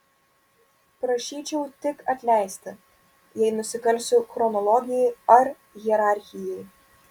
prašyčiau tik atleisti jei nusikalsiu chronologijai ar hierarchijai